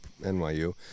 NYU